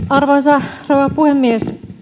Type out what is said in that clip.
arvoisa rouva puhemies